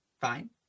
Fine